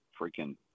freaking